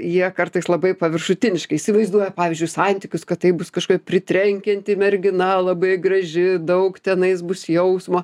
jie kartais labai paviršutiniškai įsivaizduoja pavyzdžiui santykius kad tai bus kažkokia tai pritrenkianti mergina labai graži daug tenais bus jausmo